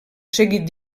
seguit